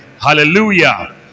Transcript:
Hallelujah